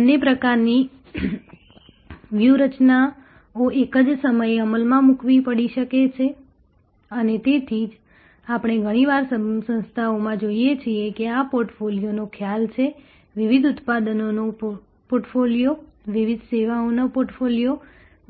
બંને પ્રકારની વ્યૂહરચનાઓ એક જ સમયે અમલમાં મૂકવી પડી શકે છે અને તેથી જ આપણે ઘણીવાર સંસ્થાઓમાં જોઈએ છીએ કે આ પોર્ટફોલિયોનો ખ્યાલ છે વિવિધ ઉત્પાદનોનો પોર્ટફોલિયો વિવિધ સેવાઓનો પોર્ટફોલિયો